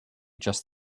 just